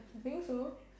she say so